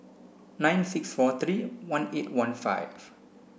nine six four three one eight one five